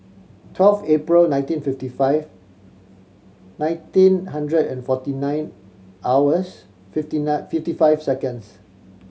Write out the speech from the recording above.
twelve April nineteen fifty five nineteen hundred and forty nine hours fifty nine fifty five seconds